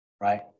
right